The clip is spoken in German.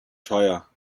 teuer